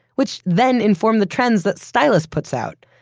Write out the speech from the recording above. which then informed the trends that stylus puts out.